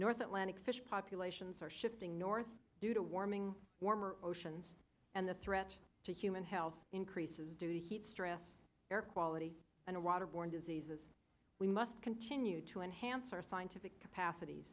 north atlantic fish populations are shifting north due to warming warmer oceans and the threat to human health increases due to heat stress air quality and water borne diseases we must continue to enhance our scientific capacities